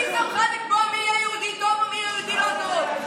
מי שמך לקבוע מי יהודי טוב ומי יהודי לא טוב?